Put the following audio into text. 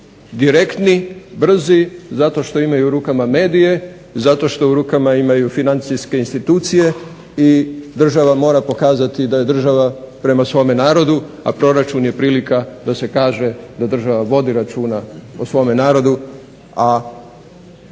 direktni, brzi zato što imaju u rukama medije zato što u rukama imaju financijske institucije i država mora pokazati da je država prema svom narodu, a proračun je prilika da se kaže da država vodi računa o svome narodu a